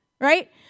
right